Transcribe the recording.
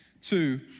Two